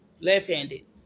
left-handed